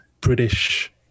British